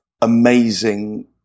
amazing